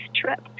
trip